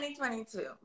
2022